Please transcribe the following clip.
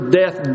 death